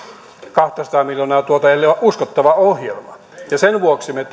kahtasataa miljoonaa tuota ellei se ole uskottava ohjelma ja sen vuoksi me